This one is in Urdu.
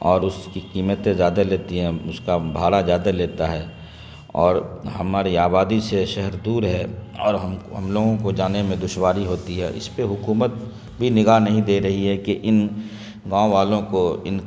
اور اس کی قیمتیں زیادہ لیتی ہیں اس کا بھاڑا زیادہ لیتا ہے اور ہماری آبادی سے شہر دور ہے اور ہم ہم لوگوں کو جانے میں دشواری ہوتی ہے اس پہ حکومت بھی نگاہ نہیں دے رہی ہے کہ ان گاؤں والوں کو ان